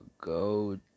go